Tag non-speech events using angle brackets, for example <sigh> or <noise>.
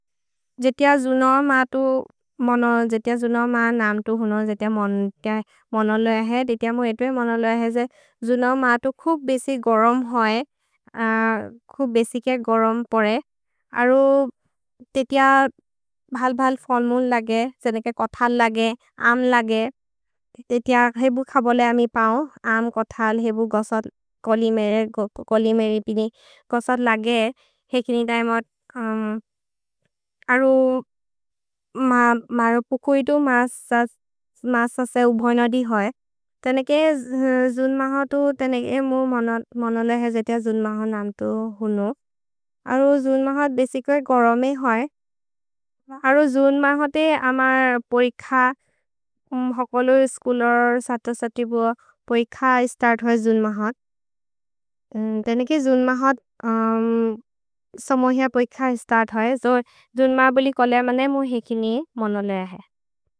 जे तिअ जुन म तु मन, जे तिअ जुन म नाम् तु हुन, जे तिअ मन लो अहे, दे तिअ मु एतो ए मन लो अहे, जे जुन म तु खुब् बेसि गरम् होये, <hesitation> खुब् बेसिके गरम् प्रए। अरो ते तिअ भल् भल् फोर्मुले लगे, जेनेके कोथल् लगे, आम् लगे, ते तिअ हेबु खबोले अमि पौ, आम्, कोथल्, हेबु गोसद्, <hesitation> कोलिमेरि, कोलिमेरि पिनि, गोसद् लगे। हेकिनि तैम, अरो <hesitation> मरो पुकुइतु म सस उभोय्न दि होये, तेनेके <hesitation> जुन म तु, तेनेके मु मन लो अहे, जे तिअ जुन म नाम् तु हुन, अरो जुन म देसिके गरम् होये। अरो जुन म होते, अमर् पैख, हकलो स्कुलर् सत सतिबुअ पैख स्तर्त् होये जुन म होते, तेनेके जुन म होते, <hesitation> समोहिअ पैख स्तर्त् होये, जो जुन म बोलि कोलेम न मु हेकिनि मन लो अहे।